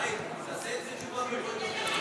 חיים, תעשה את זה תשובה במועד אחר.